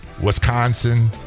Wisconsin